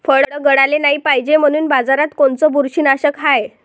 फळं गळाले नाही पायजे म्हनून बाजारात कोनचं बुरशीनाशक हाय?